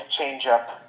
changeup